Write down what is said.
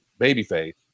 babyface